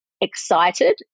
excited